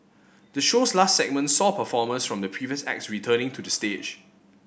the show's last segment saw performers from the previous acts returning to the stage